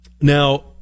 Now